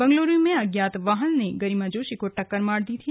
बंगलुरू में अज्ञात वाहन ने गरिमा जोशी को टक्कर मार दी थी